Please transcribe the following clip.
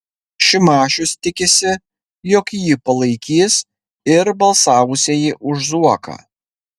šimašius tikisi jog jį palaikys ir balsavusieji už zuoką